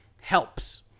helps